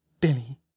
Billy